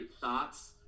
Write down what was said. thoughts